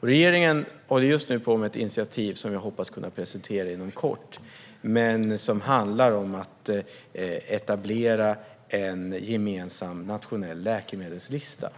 Regeringen håller just nu på med ett initiativ som jag hoppas kunna presentera inom kort. Det handlar om att etablera en gemensam nationell läkemedelslista.